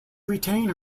retain